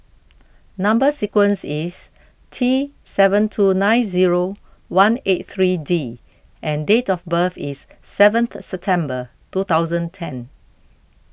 Number Sequence is T seven two nine zero one eight three D and date of birth is seventh September two thousand ten